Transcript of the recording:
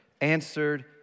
answered